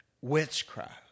witchcraft